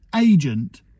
agent